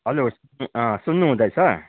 hello सुन्नु हुँदैछ